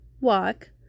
walk